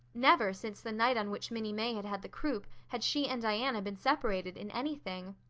never, since the night on which minnie may had had the croup, had she and diana been separated in anything.